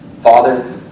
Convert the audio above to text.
Father